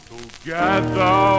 Together